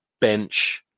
bench